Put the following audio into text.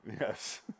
Yes